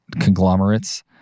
conglomerates